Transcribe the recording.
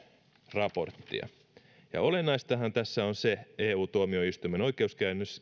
raporttia olennaistahan tässä eu tuomioistuimen oikeuskäytännössä